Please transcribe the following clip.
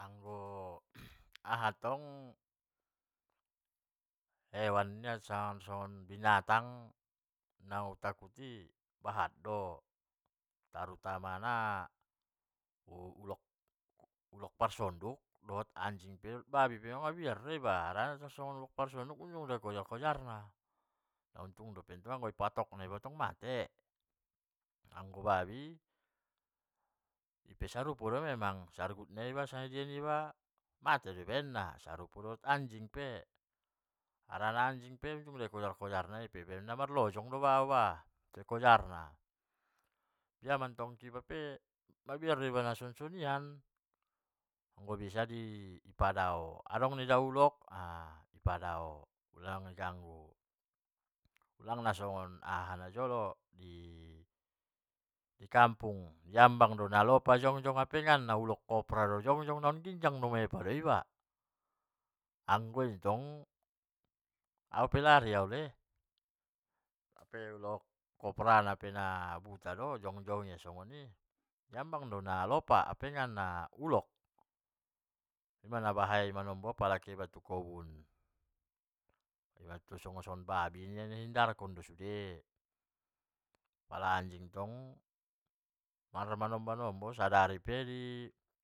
Anggo aha tong, hewan nia sanga songon binatang na u takuti bahat do, terutama na ulok ulok parsonduk dohot anjing pe dohot babi pe mabiar do iba harani tar songon ulok parsonduk unjung do jungada au di kojar-kojar na. tai uttung mattong di patok na iba mate, anggo babi, ipe sarupo do memang di sarbut nai ma nasanga ijia ma mate do baen na, sarupo dohot anjing pe, harana anjing pe unjung do au di kojar-kojar na ipe benna namarlojong doma au ba tarkojarna, biamantong iba pe mabiar do iba nason soninan, anggo bisa di padao anggo dong ida iba ulok aaa di padao ulang di ganggu ulang songon aha najolo i kampung, di ambang do nalopajongjong hapengan na ulok kobra do jongjong naun ginjang doma ia paiba, anggoitong aupe lari au le hape ulok kobra na pe na buta do jongjong ia sonii, di ambang do na lopa hapengan na ulok ima na bahaya i naonbo pala kehe iba tu kobun, imatong pala sonon babi soni hindarkon do sude pala anjing tong marnombo nombo sadari pei.